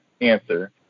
answer